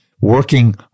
working